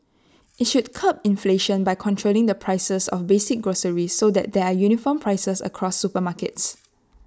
IT should curb inflation by controlling the prices of basic groceries so that there are uniform prices across supermarkets